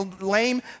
lame